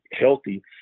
healthy